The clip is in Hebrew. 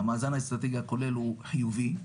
המאזן האסטרטגי הכולל הוא חיובי,